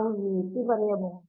ನಾವು ಈ ರೀತಿ ಬರೆಯಬಹುದು